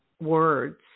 words